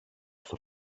στο